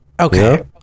Okay